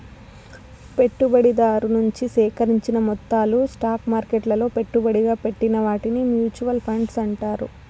పెట్టుబడిదారు నుంచి సేకరించిన మొత్తాలు స్టాక్ మార్కెట్లలో పెట్టుబడిగా పెట్టిన వాటిని మూచువాల్ ఫండ్స్ అంటారు